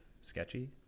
sketchy